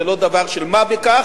זה לא דבר של מה בכך,